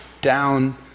down